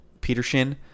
Peterson